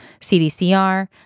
CDCR